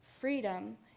freedom